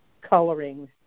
coloring